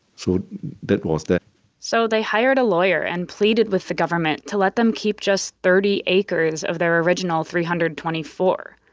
so that was that so they hired a lawyer and pleaded with the government to let them keep just thirty acres of their original three hundred and twenty four,